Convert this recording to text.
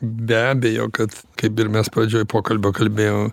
be abejo kad kaip ir mes pradžioj pokalbio kalbėjom